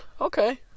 Okay